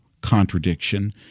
contradiction